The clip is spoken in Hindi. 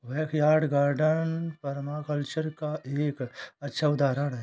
बैकयार्ड गार्डन पर्माकल्चर का एक अच्छा उदाहरण हैं